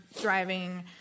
driving